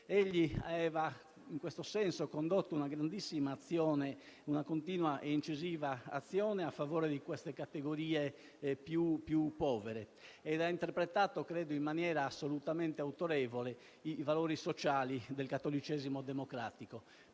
Egli aveva condotto, in questo senso, una grandissima, continua ed incisiva azione in favore delle categorie più povere, interpretando, credo in maniera assolutamente autorevole, i valori sociali del cattolicesimo democratico.